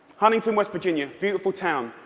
huntington, west virginia. beautiful town.